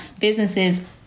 businesses